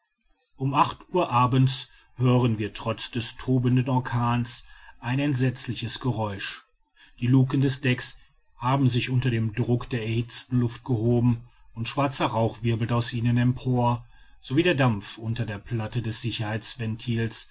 um acht uhr abends hören wir trotz des tobenden orkanes ein entsetzliches geräusch die luken des decks haben sich unter dem druck der erhitzten luft gehoben und schwarzer rauch wirbelt aus ihnen empor so wie der dampf unter der platte des